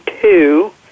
two